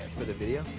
for the video?